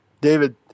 David